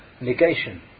negation